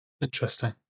Interesting